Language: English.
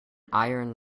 iron